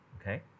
okay